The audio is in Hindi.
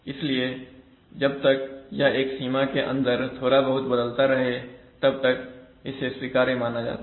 इसलिए जब तक यह एक सीमा के अंदर थोड़ा बहुत बदलता रहे तब तक इसे स्वीकार्य माना जाता है